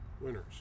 winners